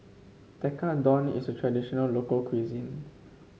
tekkadon is a traditional local cuisine